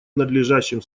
надлежащим